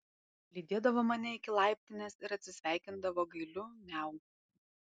lydėdavo mane iki laiptinės ir atsisveikindavo gailiu miau